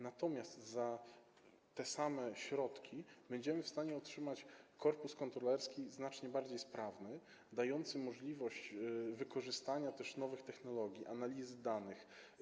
Natomiast za te same środki będziemy w stanie otrzymać korpus kontrolerski znacznie bardziej sprawny, umożliwiający wykorzystanie nowych technologii analizy danych.